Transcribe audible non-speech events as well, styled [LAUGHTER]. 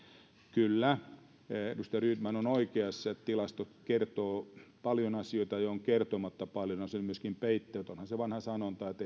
kyllä edustaja rydman on oikeassa tilastot kertovat paljon asioita ja ovat kertomatta paljon asioita ja myöskin peittelevät asioita onhan se vanha sanonta että [UNINTELLIGIBLE]